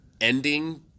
ending